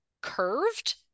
curved